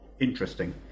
interesting